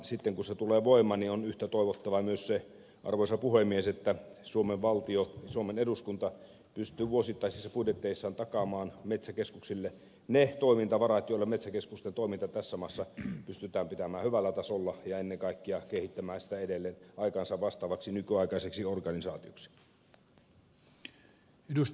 sitten kun se tulee voimaan on yhtä toivottavaa myös se arvoisa puhemies että suomen valtio suomen eduskunta pystyy vuosittaisissa budjeteissaan takaamaan metsäkeskuksille ne toimintavarat joilla metsäkeskusten toiminta tässä maassa pystytään pitämään hyvällä tasolla ja ennen kaikkea kehittämään metsäkeskusta edelleen aikaansa vastaavaksi nykyaikaiseksi organisaatioksi